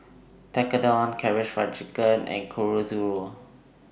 Tekkadon Karaage Fried Chicken and Chorizo